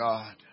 God